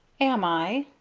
am i?